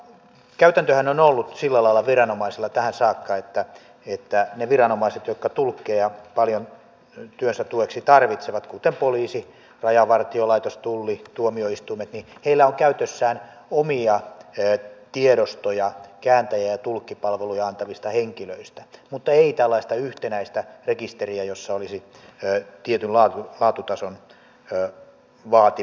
käytäntöhän on ollut sillä lailla viranomaisilla tähän saakka että niillä viranomaisilla jotka tulkkeja paljon työnsä tueksi tarvitsevat kuten poliisi rajavartiolaitos tulli tuomioistuimet on käytössään omia tiedostoja kääntäjä ja tulkkipalveluja antavista henkilöistä mutta ei tällaista yhtenäistä rekisteriä jossa olisi tietyn laatutason vaatimus ja kriteeristö